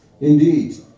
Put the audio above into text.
Indeed